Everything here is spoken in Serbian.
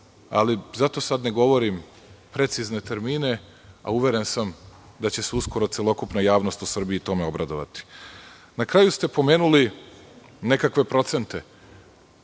Zato sada ne govorim precizne termine, a uveren sam da će se uskoro celokupna javnost u Srbiji tome obradovati. Na kraju ste pomenuli nekakve procente.